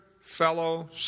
fellow